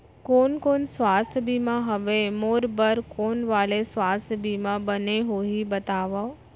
कोन कोन स्वास्थ्य बीमा हवे, मोर बर कोन वाले स्वास्थ बीमा बने होही बताव?